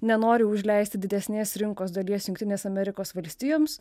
nenori užleisti didesnės rinkos dalies jungtinės amerikos valstijoms